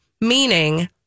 Meaning